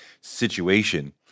situation